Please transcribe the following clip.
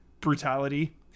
brutality